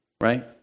Right